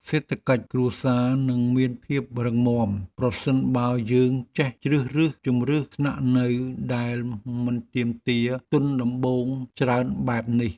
សេដ្ឋកិច្ចគ្រួសារនឹងមានភាពរឹងមាំប្រសិនបើយើងចេះជ្រើសរើសជម្រើសស្នាក់នៅដែលមិនទាមទារទុនដំបូងច្រើនបែបនេះ។